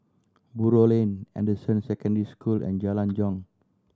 Buroh Lane Anderson Secondary School and Jalan Jong